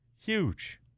huge